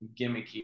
gimmicky